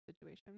situation